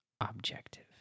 Objective